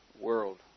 world